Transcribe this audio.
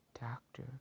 doctor